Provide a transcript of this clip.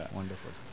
Wonderful